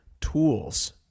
tools